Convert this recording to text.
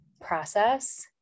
process